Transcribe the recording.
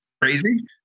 crazy